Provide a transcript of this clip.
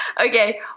Okay